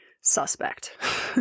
suspect